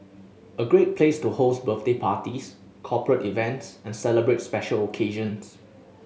a great place to host birthday parties corporate events and celebrate special occasions